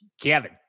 Kevin